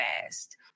fast